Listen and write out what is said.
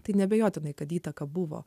tai neabejotinai kad įtaka buvo